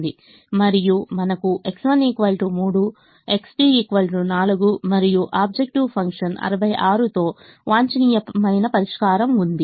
మరియు మనకు X1 3 X2 4 మరియు ఆబ్జెక్టివ్ ఫంక్షన్ 66 తో వాంఛనీయ పరిష్కారం ఉంది